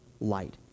light